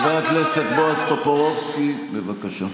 חבר הכנסת בועז טופורובסקי, בבקשה.